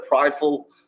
prideful